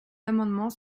amendements